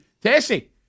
Tessie